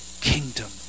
kingdom